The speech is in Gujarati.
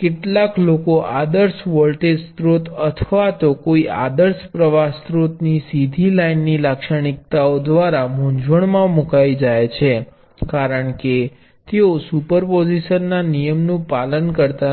કેટલાક લોકો આદર્શ વોલ્ટેજ સ્ત્રોત અથવા તો કોઈ આદર્શ પ્ર્વાહ સ્રોતની સીધી લાઈન ની લાક્ષણિકતાઓ દ્વારા મૂંઝવણમાં મુકાઈ જાય છે કારણ કે તેઓ સુપરપોઝિશન ના નિયમ નુ પાલન કરતા નથી